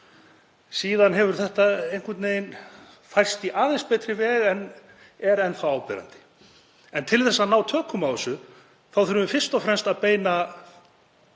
Síðan hefur þetta einhvern veginn færst til aðeins betri vegar en er enn þá áberandi. Til að ná tökum á þessu þurfum við fyrst og fremst að beina